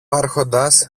άρχοντας